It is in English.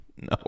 no